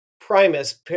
primus